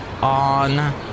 on